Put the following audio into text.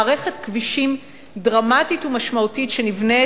מערכת כבישים דרמטית ומשמעותית שנבנית